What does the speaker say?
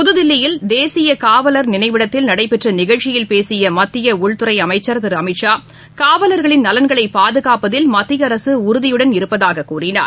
புத்தில்லியில் தேசியகாவலர் நினைவிடத்தில் நடைபெற்றநிகழ்ச்சியில் பேசியமத்தியஉள்துறைஅமைச்சர் திருஅமித் ஷா காவலர்களின் நலன்களைபாதுகாப்பதில் மத்திய அரசுஉறுதியுடன் இருப்பதாககூறினார்